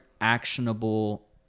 actionable